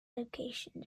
locations